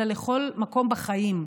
אלא לכל מקום בחיים,